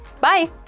bye